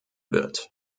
wird